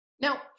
Now